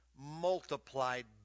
multiplied